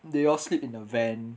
they all sleep in the van